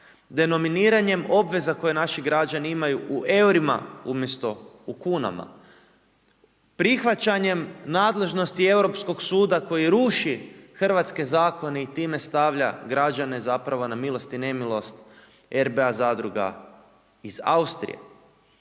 denominirane obveza koje naši građani imaju u eurima umjesto u kunama, prihvaćanjem nadležnosti Europskog suda, koji ruši hrvatske zakone i time stavlja, građane, zapravo na milost i nemilost RBA zadruga iz Austrije.